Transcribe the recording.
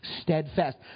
steadfast